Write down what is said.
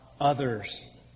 others